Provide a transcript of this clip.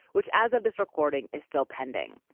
which as of this recording, is still pending.